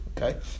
Okay